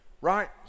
right